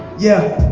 yeah